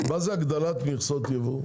מה זה הגדלת מכסות ייבוא?